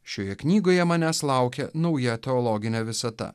šioje knygoje manęs laukė nauja teologinė visata